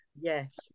Yes